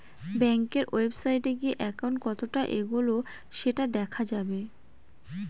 ব্যাঙ্কের ওয়েবসাইটে গিয়ে একাউন্ট কতটা এগোলো সেটা দেখা যাবে